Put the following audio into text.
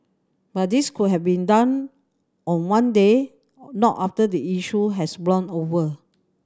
but this could have been done on one day not after the issue has blown over